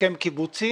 להסכם קיבוצי